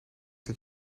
dat